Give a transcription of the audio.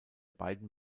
beiden